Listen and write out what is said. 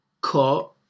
cut